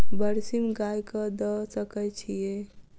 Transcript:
बरसीम गाय कऽ दऽ सकय छीयै?